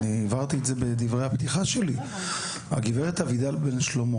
אני הבהרתי בדברי הפתיחה שלי, הגברת אביטל בן שלמה